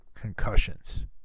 concussions